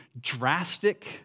drastic